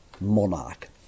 Monarch